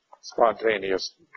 spontaneous